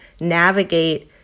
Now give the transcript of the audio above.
navigate